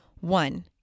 One